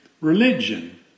religion